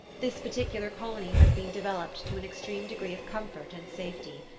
this particular colony has been developed to an extreme degree of comfort and safety.